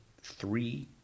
three